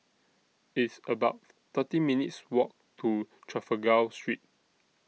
It's about thirteen minutes' Walk to Trafalgar Street